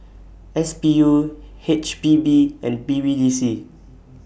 S B U H P B and B B D C